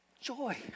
Joy